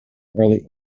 early